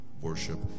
worship